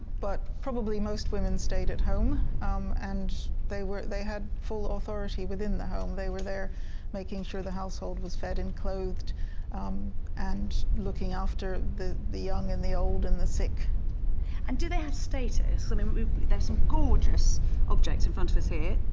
but probably most women stayed at home and they had full authority within the home they were there making sure the household was fed and clothed um and looking after the the young and the old and the sick and do they have status. i mean there's some gorgeous objects in front of us here,